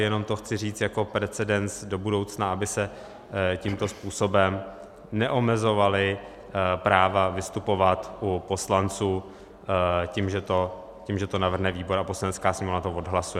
Jenom to chci říct jako precedens do budoucna, aby se tímto způsobem neomezovala práva vystupovat u poslanců tím, že to navrhne výbor a Poslanecká sněmovna to odhlasuje.